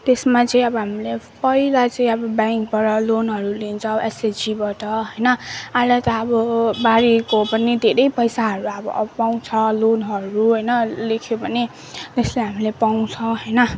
त्यसमा चाहिँ अब हामीले पहिला चाहिँ अब ब्याङ्कबाट लोनहरू लिन्छौँ एसएचजीबाट होइन अहिले त अब बारीको पनि धेरै पैसाहरू पनि पाउँछ लोनहरू होइन लेख्यो भने त्यसले हामीले पाउँछ होइन